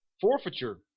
forfeiture